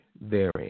therein